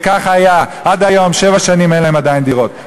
וכך היה, עד היום, שבע שנים, אין להם עדיין דירות.